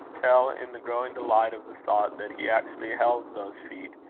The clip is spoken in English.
till, in the growing delight of the thought that he actually held those feet,